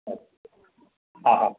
हा हा